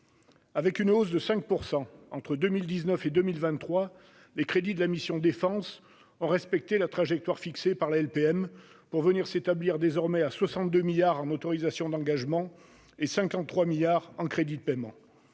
Avec une hausse de 5 % entre 2019 et 2023, les crédits de cette mission ont respecté la trajectoire fixée par la LPM pour venir s'établir désormais à 62 milliards d'euros en autorisations d'engagement et 53 milliards en crédits de paiement.